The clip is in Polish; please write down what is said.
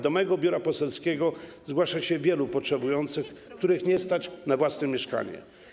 Do mojego biura poselskiego zgłasza się wielu potrzebujących, których nie stać na własne mieszkanie.